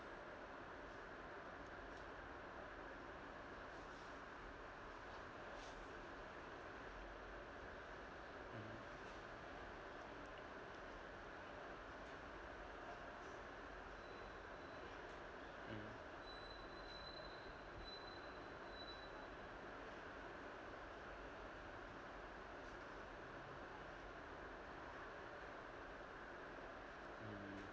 mm